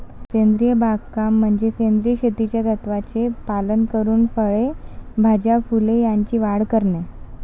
सेंद्रिय बागकाम म्हणजे सेंद्रिय शेतीच्या तत्त्वांचे पालन करून फळे, भाज्या, फुले यांची वाढ करणे